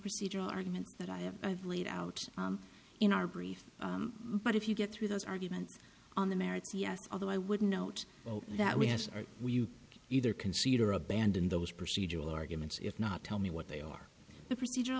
procedural arguments that i have i've laid out in our brief but if you get through those arguments on the merits yes although i would note that we have we either concede or abandon those procedural arguments if not tell me what they are the procedur